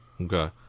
Okay